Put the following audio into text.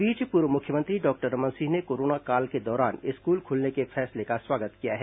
इस बीच पूर्व मुख्यमंत्री डॉक्टर रमन सिंह ने कोरोना काल के दौरान स्कूल खुलने के फैसले का स्वागत किया है